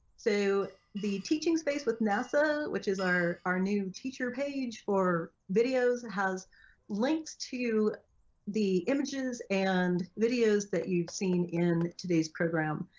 so the teaching space with nasa which is our our new teacher page for videos has links to the images and videos that you've seen in today's program.